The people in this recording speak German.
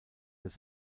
des